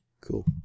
Cool